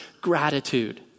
gratitude